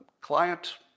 client